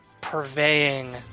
purveying